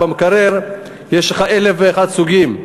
יש לך במקרר אלף ואחד סוגים.